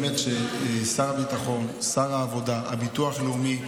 באמת, שר הביטחון, שר העבודה, והביטוח הלאומי,